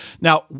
Now